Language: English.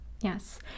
yes